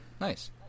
Nice